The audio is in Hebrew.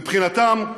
מבחינתם,